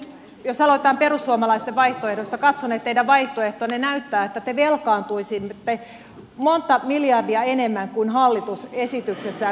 jos aloitetaan perussuomalaisten vaihtoehdosta katson että teidän vaihtoehtonne näyttää siltä että te velkaantuisitte monta miljardia enemmän kuin hallitus esityksessään